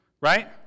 Right